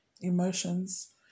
emotions